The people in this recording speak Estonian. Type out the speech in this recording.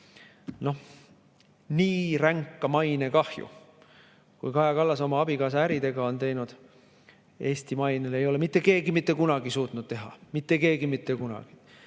Nii ränka mainekahju, kui Kaja Kallas oma abikaasa äridega on teinud Eesti mainele, ei ole mitte keegi mitte kunagi suutnud teha. Mitte keegi mitte kunagi! Tuldi